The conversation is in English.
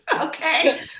okay